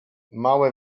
małe